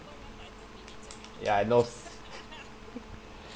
ya I know